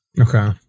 Okay